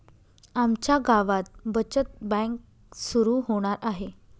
आमच्या गावात बचत बँक सुरू होणार आहे